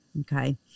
Okay